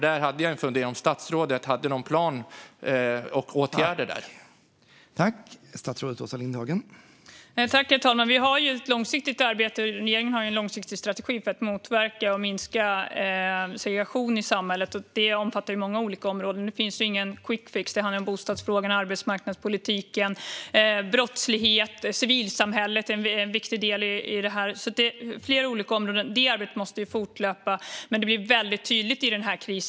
Där har jag en fundering: Har statsrådet någon plan och några åtgärder när det gäller detta?